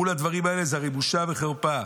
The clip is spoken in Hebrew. מול הדברים האלה, זה הרי בושה וחרפה.